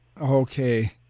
Okay